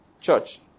Church